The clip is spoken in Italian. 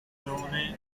persone